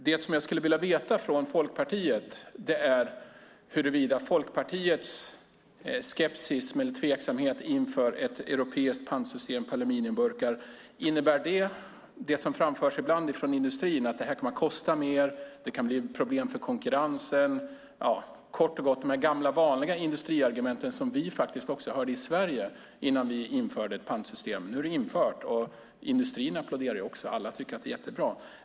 Det som jag skulle vilja veta är huruvida Folkpartiets skepsis eller tveksamhet inför ett europeiskt pantsystem för aluminiumburkar beror på det som framförs ibland från industrin, att detta kommer att kosta mer, att det kan ge problem för konkurrensen, kort och gott de gamla vanliga industriargumenten, som vi också hörde i Sverige innan vi införde ett pantsystem. Nu är det infört, och industrin applåderar också. Alla tycker att det är jättebra.